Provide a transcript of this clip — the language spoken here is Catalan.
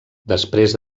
després